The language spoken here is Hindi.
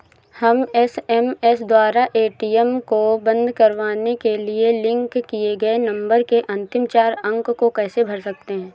हम एस.एम.एस द्वारा ए.टी.एम को बंद करवाने के लिए लिंक किए गए नंबर के अंतिम चार अंक को कैसे भर सकते हैं?